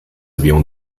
avião